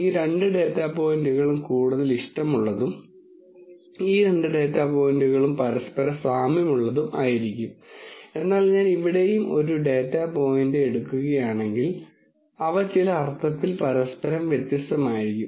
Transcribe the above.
ഈ രണ്ട് ഡാറ്റാ പോയിന്റുകളും കൂടുതൽ ഇഷ്ടമുള്ളതും ഈ രണ്ട് ഡാറ്റാ പോയിന്റുകളും പരസ്പരം സാമ്യമുള്ളതും ആയിരിക്കും എന്നാൽ ഞാൻ ഇവിടെയും ഒരു ഡാറ്റ പോയിന്റ് എടുക്കുകയാണെങ്കിൽ അവ ചില അർത്ഥത്തിൽ പരസ്പരം വ്യത്യസ്തമായിരിക്കും